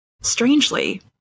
Strangely